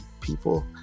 people